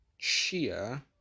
Shia